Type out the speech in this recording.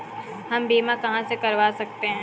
हम बीमा कहां से करवा सकते हैं?